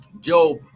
Job